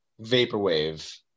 vaporwave